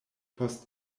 post